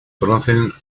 conocen